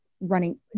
running